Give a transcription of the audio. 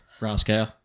Roscoe